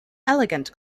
elegant